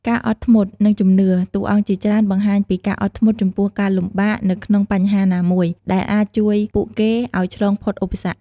ការអត់ធ្មត់ និងជំនឿ តួអង្គជាច្រើនបង្ហាញពីការអត់ធ្មត់ចំពោះការលំបាកនៅក្នុងបញ្ហាណាមួយ ដែលអាចជួយពួកគេឱ្យឆ្លងផុតឧបសគ្គ ។